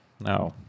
no